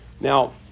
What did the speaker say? Now